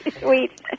sweet